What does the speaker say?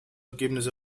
ergebnis